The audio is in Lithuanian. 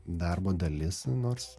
darbo dalis nors